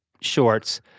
shorts